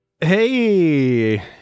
Hey